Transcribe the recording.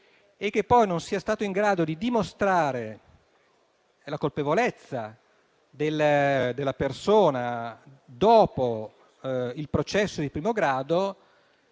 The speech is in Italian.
cittadino, non sia stato poi in grado di dimostrare la colpevolezza della persona dopo il processo di primo grado,